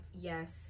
Yes